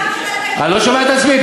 נציגם של הטייקונים, אני לא שומע את עצמי.